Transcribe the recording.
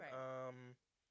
Right